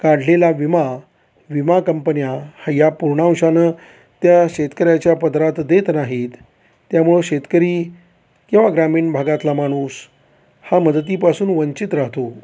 काढलेला विमा विमा कंपन्या हा या पूर्णाुषानं त्या शेतकऱ्याच्या पदरात देत नाहीत त्यामुळं शेतकरी किंवा ग्रामीण भागातला माणूस हा मदतीपासून वंचित राहतो